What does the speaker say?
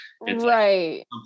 Right